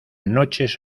noches